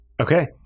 Okay